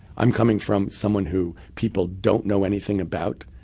i'm coming from someone who people don't know anything about.